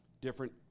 different